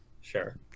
Sure